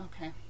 Okay